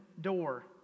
door